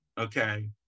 okay